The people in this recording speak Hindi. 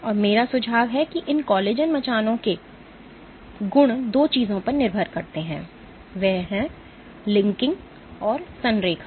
और मेरा सुझाव है कि इन कोलेजन मचानों के गुण दो चीजों पर निर्भर करते हैं लिंकिंग और संरेखण